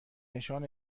نشان